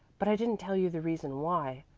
but i didn't tell you the reason why.